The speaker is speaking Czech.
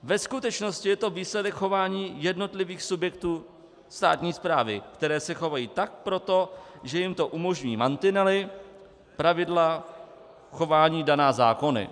Ve skutečnosti je to výsledek chování jednotlivých subjektů státní správy, které se tak chovají proto, že jim to umožní mantinely, pravidla chování daná zákony...